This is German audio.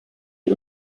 die